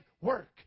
work